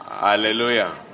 Hallelujah